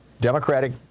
Democratic